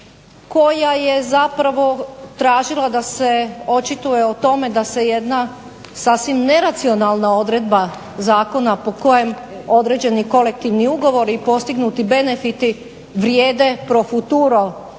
koja je zapravo tražila da se očituje o tome da se jedna sasvim neracionalna odredba zakona po kojem određeni kolektivni ugovori i postignuti benefiti vrijede pro futuro